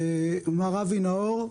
מר אבי נאור,